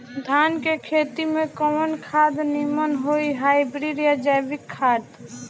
धान के खेती में कवन खाद नीमन होई हाइब्रिड या जैविक खाद?